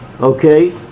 Okay